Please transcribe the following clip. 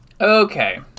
Okay